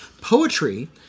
Poetry